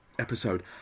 episode